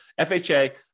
FHA